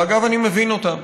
ואגב, אני מבין אותם.